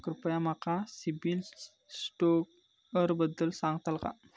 कृपया माका सिबिल स्कोअरबद्दल सांगताल का?